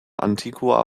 antigua